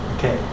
Okay